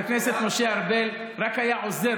חבר הכנסת משה ארבל רק היה עוזר,